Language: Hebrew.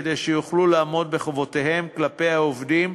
כדי שיוכלו לעמוד בחובותיהם כלפי העובדים,